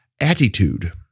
attitude